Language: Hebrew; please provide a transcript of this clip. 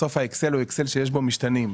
בסוף האקסל הוא אקסל שיש בו משתנים.